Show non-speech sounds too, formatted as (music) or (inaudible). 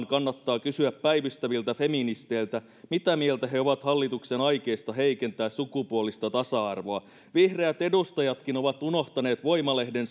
(unintelligible) kannattaa kysyä päivystäviltä feministeiltä mitä mieltä he ovat hallituksen aikeista heikentää sukupuolista tasa arvoa vihreät edustajatkin ovat unohtaneet voima lehden (unintelligible)